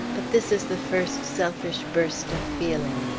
but this is the first selfish burst of feeling.